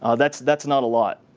ah that's that's not a lot.